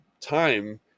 time